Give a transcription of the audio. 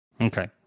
Okay